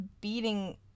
beating